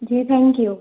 ji thank you